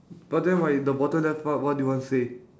but then right the bottom left what what do you want say